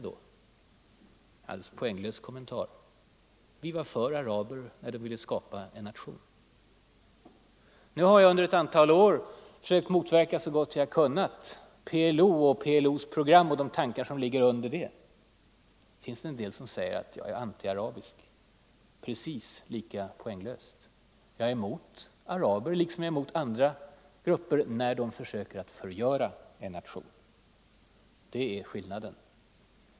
Det var en alldeles poänglös kommentar; Vi var för araber när de ville skapa en nation. Nu har jag under ett antal år så gott jag har kunnat försökt motverka PLO:s program och de tankar det bygger på. Då finns det en del som säger att jag är antiarabisk. Det är precis lika poänglöst. Jag är emot araber, liksom jag är emot andra grupper, när de försöker förgöra en nation! Det är skillnaden.